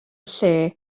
lle